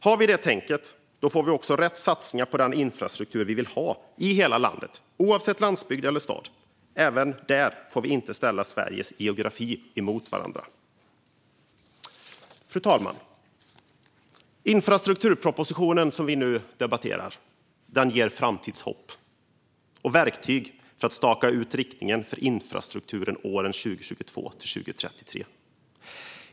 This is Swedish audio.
Har vi det tänket får vi också rätt satsningar på den infrastruktur vi vill ha i hela landet, oavsett om det är på landsbygden eller i staden. Vi får inte heller där ställa Sveriges geografiska delar mot varandra. Fru talman! Infrastrukturpropositionen, som vi nu debatterar, ger framtidshopp och är verktyget för att staka ut riktningen för infrastrukturen för åren 2022-2033.